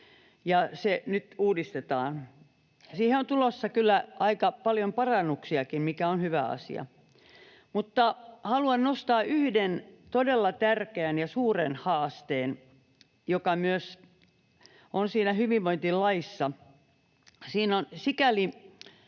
ja nyt se uudistetaan. Siihen on tulossa kyllä aika paljon parannuksiakin, mikä on hyvä asia, mutta haluan nostaa yhden todella tärkeän ja suuren haasteen, joka on myös siinä hyvinvointilaissa. Siinä tulee sikäli